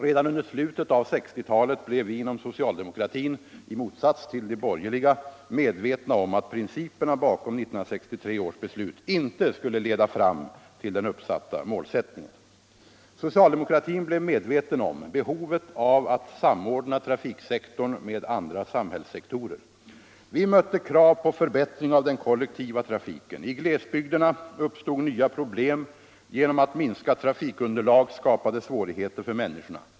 Redan under slutet av 1960-talet blev vi inom socialdemokratin, i motsats till de borgerliga, medvetna om att principerna bakom 1963 års beslut inte skulle leda fram till den uppsatta mäålsättningen. Socialdemokratin blev medveten om behovet av att samordna trafiksektorn med andra samhällssektorer. Vi mötte krav på förbättring av den kollektiva trafiken. I glesbygderna uppstod nya problem genom att minskat trafikunderlag skapade svårigheter för människorna.